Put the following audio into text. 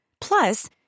Plus